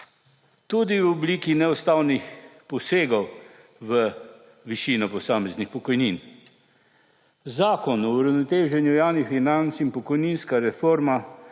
tudi v obliki neustavnih posegov v višino posameznih pokojnin. Zakon o uravnoteženju javnih financ in pokojninska reforma